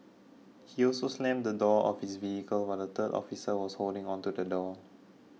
he also slammed the door of his vehicle while the third officer was holding onto the door